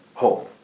home